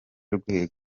rwego